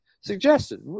suggested